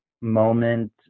moment